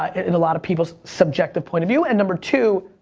in a lot of people's subjective point of view. and number two,